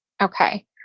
Okay